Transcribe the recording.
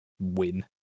win